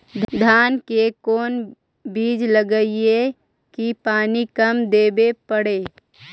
धान के कोन बिज लगईऐ कि पानी कम देवे पड़े?